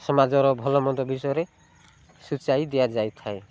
ସମାଜର ଭଲମନ୍ଦ ବିଷୟରେ ସୂଚାଇ ଦିଆଯାଇଥାଏ